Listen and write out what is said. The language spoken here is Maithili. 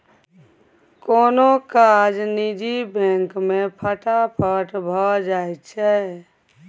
कोनो काज निजी बैंक मे फटाफट भए जाइ छै